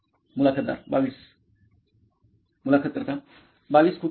मुलाखतदार २२ मुलाखत कर्ता २२ खूपच छान